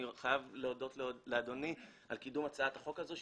אני חייב להודות לאדוני על קידום הצעת החוק הזאת,